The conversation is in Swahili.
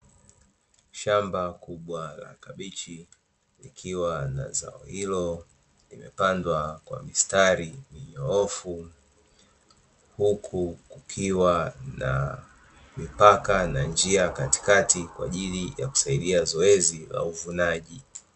Shamba kubwa la kabichi, likiwa na zao hilo limepandwa kwa mistari minyoofu, huku kukiwa na mipaka na njia katikati kwa ajili ya kusaidia zoezi la uvunaji.